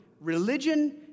Religion